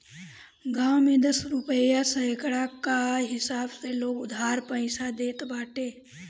गांव में दस रुपिया सैकड़ा कअ हिसाब से लोग उधार पईसा देत बाटे